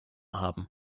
haben